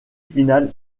finale